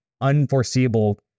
unforeseeable